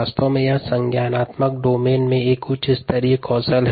वास्तव में यह ज्ञात कार्यक्षेत्र में उच्च स्तरीय कौशल है